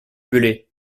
bellay